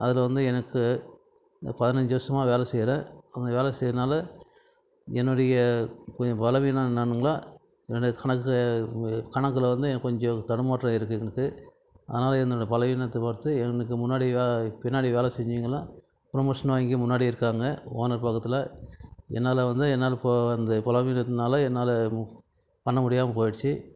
அதில் வந்து எனக்கு பதினஞ்சு வருஷமாக வேலை செய்கிறேன் அந்த வேலை செய்கிறதுனால என்னுடைய கொஞ்சம் பலவீனம் என்னான்னுங்கு என்னுடைய கணக்கு கணக்கில் வந்து எனக்கு கொஞ்சம் தடுமாற்றம் இருக்குது எனக்கு அதனால என்னோடய பலவீனத்தை பார்த்து இதுக்கு முன்னாடி வே பின்னாடி வேலை செஞ்சிங்கன்னால் ப்ரோமோஷன் வாங்கி முன்னாடி இருக்காங்க ஓனர் பக்கத்தில் என்னால் வந்து என்னால் இப்போது வந்து பலவீனத்துனால் என்னால் பண்ண முடியாமல் போயிடுச்சு